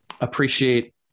appreciate